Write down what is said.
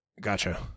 gotcha